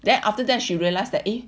then after that she realized that eh